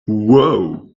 wow